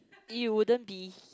you wouldn't be